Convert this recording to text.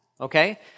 Okay